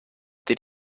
did